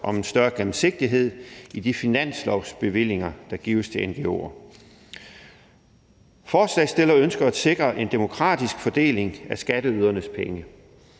om større gennemsigtighed i de finanslovsbevillinger, der gives til ngo'er. Forslagsstillerne ønsker at sikre en demokratisk fordeling af skatteydernes penge.